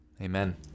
Amen